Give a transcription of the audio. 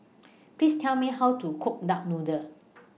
Please Tell Me How to Cook Duck Noodle